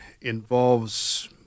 involves